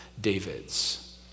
David's